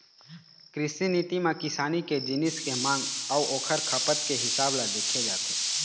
कृषि नीति म किसानी के जिनिस के मांग अउ ओखर खपत के हिसाब ल देखे जाथे